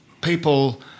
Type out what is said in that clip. people